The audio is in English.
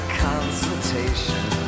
consultation